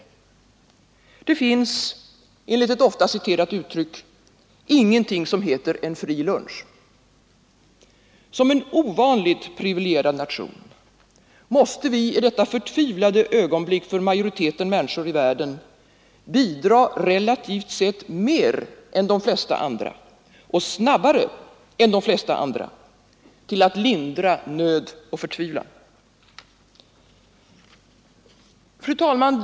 Det finns enligt ett ofta citerat uttryck ingenting som heter en fri lunch. Som en ovanligt privilegierad nation måste vi i detta förtvivlade ögonblick för majoriteten människor i världen bidra relativt sett mer än de flesta andra och snabbare än de flesta andra till att lindra nöd och förtvivlan. Fru talman!